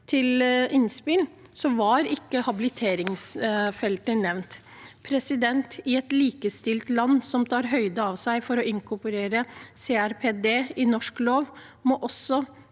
til innspill var ikke habiliteringsfeltet nevnt. I et likestilt land som tar mål av seg til å inkorporere CRPD i norsk lov, må vi også